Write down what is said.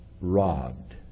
robbed